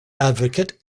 advocate